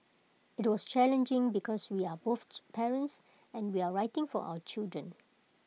IT was challenging because we are both parents and we're writing for our children